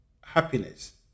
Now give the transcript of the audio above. happiness